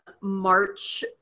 March